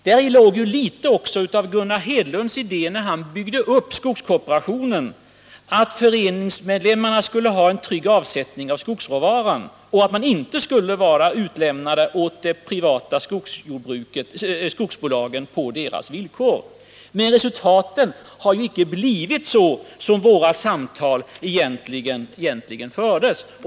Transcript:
Däri låg också litet av Gunnar Hedlunds idé, när han byggde upp skogskooperationen, att föreningsmedlemmarna skulle ha en trygg avsättning för skogsråvaran och att de inte skulle vara utlämnade till de privata skogsbolagen på dessas villkor. Men resultaten har ju icke blivit sådana som det förutsattes när våra samtal fördes.